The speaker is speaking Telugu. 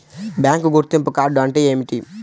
బ్యాంకు గుర్తింపు కార్డు అంటే ఏమిటి?